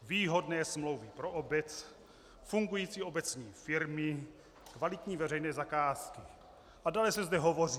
Výhodné smlouvy pro obec, fungující obecní firmy, kvalitní veřejné zakázky, a dále se zde hovoří: